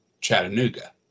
Chattanooga